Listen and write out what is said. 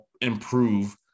improve